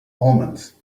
omens